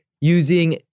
Using